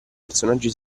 personaggi